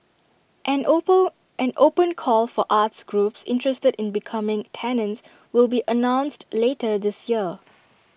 an open an open call for arts groups interested in becoming tenants will be announced later this year